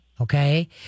okay